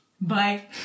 Bye